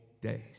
days